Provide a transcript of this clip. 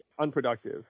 unproductive